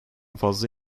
fazla